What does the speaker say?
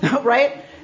right